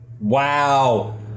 Wow